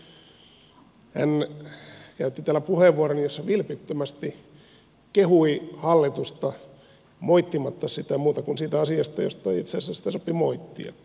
hän käytti täällä puheenvuoron jossa vilpittömästi kehui hallitusta moittimatta sitä muuten kuin siitä asiasta josta itse asiassa sitä sopi moittiakin